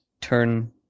turn